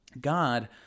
God